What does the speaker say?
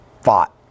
fought